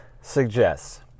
suggests